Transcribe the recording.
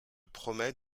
promet